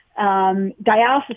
Dialysis